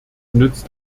nützt